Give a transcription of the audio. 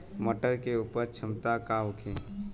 मटर के उपज क्षमता का होखे?